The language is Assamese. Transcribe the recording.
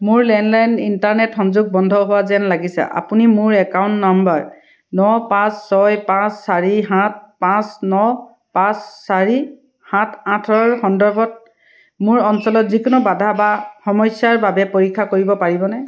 মোৰ লেণ্ডলাইন ইণ্টাৰনেট সংযোগ বন্ধ হোৱা যেন লাগিছে আপুনি মোৰ একাউণ্ট নাম্বাৰ ন পাঁচ ছয় পাঁচ চাৰি সাত পাঁচ ন পাঁচ চাৰি সাত আঠৰ সন্দৰ্ভত মোৰ অঞ্চলত যিকোনো বাধা বা সমস্যাৰ বাবে পৰীক্ষা কৰিব পাৰিবনে